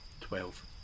twelve